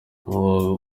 aho